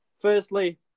firstly